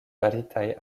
faritaj